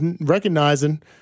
recognizing